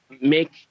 make